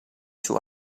two